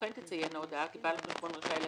(ב)ההודעה תציין כי מידע לגבי בעל החשבון כאמור בתקנת משנה (א),